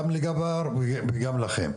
גם לג'אבר וגם לכם,